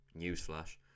Newsflash